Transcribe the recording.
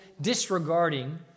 disregarding